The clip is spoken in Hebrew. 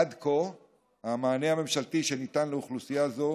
עד כה המענה הממשלתי שניתן לאוכלוסייה זו